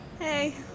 Hey